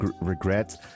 regrets